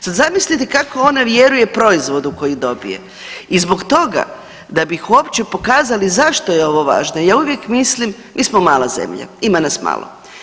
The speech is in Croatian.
Sad zamislite kako ona vjeruje proizvodu koji dobije i zbog toga, da bi uopće pokazali zašto je ovo važno, ja uvijek mislim, mi smo mala zemlja, ima nas malo.